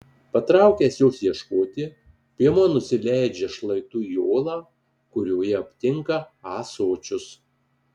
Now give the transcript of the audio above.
patraukęs jos ieškoti piemuo nusileidžia šlaitu į olą kurioje aptinka ąsočius